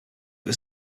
was